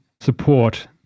support